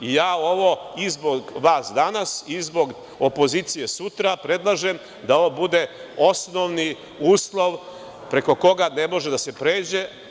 Dakle, i zbog vas danas i zbog opozicije sutra, predlažem da ovo bude osnovni uslov preko koga ne može da se pređe.